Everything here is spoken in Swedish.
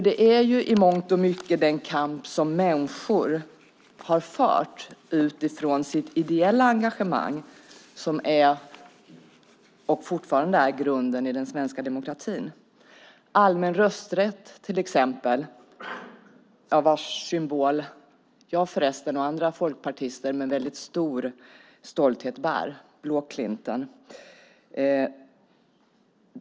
Det är i mångt och mycket den kamp som människor har fört utifrån sitt ideella engagemang som fortfarande är grunden i den svenska demokratin. Jag och andra folkpartister bär med stolthet symbolen för den allmänna rösträtten, blåklinten.